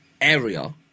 area